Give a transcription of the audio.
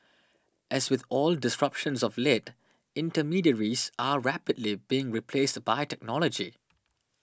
as with all disruptions of late intermediaries are rapidly being replaced by technology